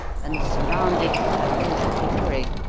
and surrounded by a blaze of glory.